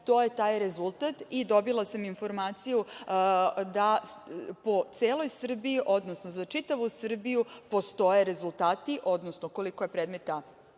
to je taj rezultat. Dobila sam informaciju da po celoj Srbiji, odnosno za čitavu Srbiju postoje rezultati, odnosno koliko je predmeta